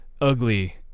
ugly